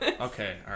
Okay